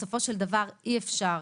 בסופו של דבר אי אפשר